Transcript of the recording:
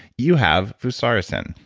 you have fusarisin,